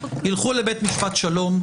לכו לבית המשפט השלום.